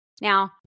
Now